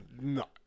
No